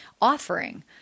offering